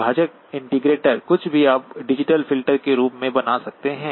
विभाजक इंटीग्रेटर कुछ भी आप डिजिटल फिल्टर के रूप में बना सकते हैं